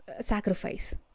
sacrifice